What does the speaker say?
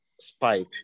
spike